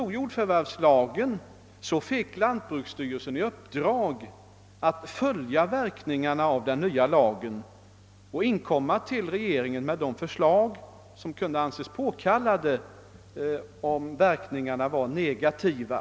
När jordförvärvslagen antogs fick lantbruksstyrelsen i uppdrag att följa verkningarna av den och för regeringen framlägga de förslag som kunde anses påkallade, om verkningarna blev negativa.